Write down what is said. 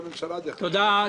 מניתי.